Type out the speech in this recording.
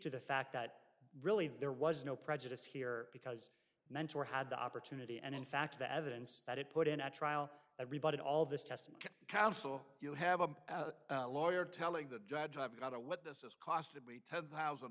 to the fact that really there was no prejudice here because mentor had the opportunity and in fact the evidence that it put in at trial everybody all this testing council you have a lawyer telling the judge i've got a what does this cost to be ten thousand